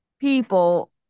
people